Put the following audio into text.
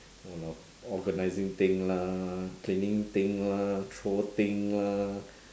!walao! organising thing lah cleaning thing lah throw thing lah